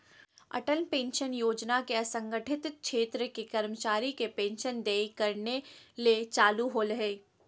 Atal pension Yojana के असंगठित क्षेत्र के कर्मचारी के पेंशन देय करने ले चालू होल्हइ